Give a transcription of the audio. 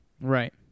Right